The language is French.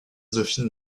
dauphine